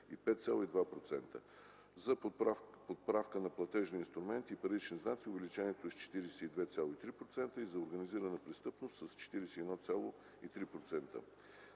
за подправени платежни инструменти и парични знаци увеличението е с 42,3% и за организирана престъпност – с 41,3%.